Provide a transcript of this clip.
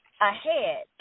ahead